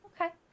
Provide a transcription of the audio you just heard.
Okay